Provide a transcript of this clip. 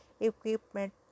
equipment